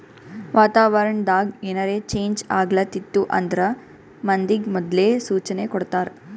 ವಾತಾವರಣ್ ದಾಗ್ ಏನರೆ ಚೇಂಜ್ ಆಗ್ಲತಿತ್ತು ಅಂದ್ರ ಮಂದಿಗ್ ಮೊದ್ಲೇ ಸೂಚನೆ ಕೊಡ್ತಾರ್